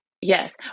Yes